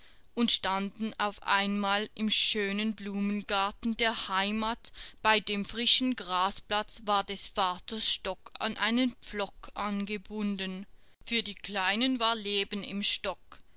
und standen auf einmal im schönen blumengarten der heimat bei dem frischen grasplatz war des vaters stock an einen pflock angebunden für die kleinen war leben im stock